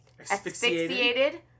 Asphyxiated